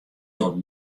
docht